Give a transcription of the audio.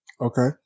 Okay